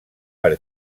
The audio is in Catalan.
per